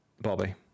Bobby